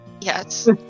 Yes